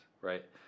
right